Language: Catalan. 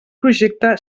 projecte